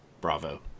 bravo